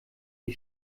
die